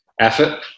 effort